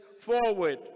forward